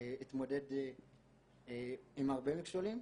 התמודד עם הרבה מכשולים.